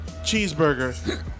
cheeseburger